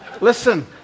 Listen